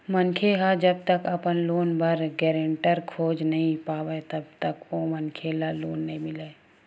मनखे ह जब तक अपन लोन बर गारेंटर खोज नइ पावय तब तक ओ मनखे ल लोन नइ मिलय